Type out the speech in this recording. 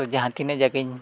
ᱛᱚ ᱡᱟᱦᱟᱸ ᱛᱤᱱᱟᱹᱜ ᱡᱟᱭᱜᱟᱧ